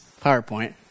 PowerPoint